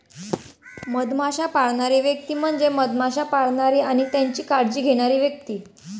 मधमाश्या पाळणारी व्यक्ती म्हणजे मधमाश्या पाळणारी आणि त्यांची काळजी घेणारी व्यक्ती